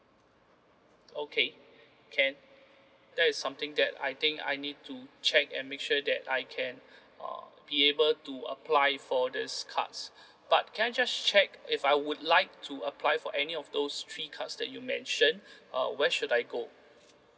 okay can that is something that I think I need to check and make sure that I can uh be able to apply for these cards but can I just check if I would like to apply for any of those three cards that you mention uh where should I go